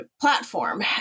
platform